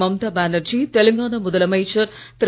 மம்தா பானர்ஜி தெலுங்கானா முதலமைச்சர் திரு